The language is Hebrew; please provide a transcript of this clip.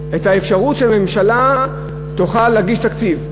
את האפשרות שהממשלה תוכל להגיש תקציב.